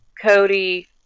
cody